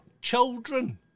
children